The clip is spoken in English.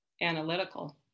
analytical